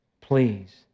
please